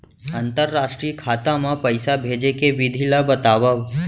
अंतरराष्ट्रीय खाता मा पइसा भेजे के विधि ला बतावव?